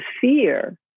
fear